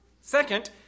Second